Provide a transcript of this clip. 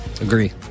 Agree